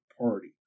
party